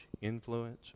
influence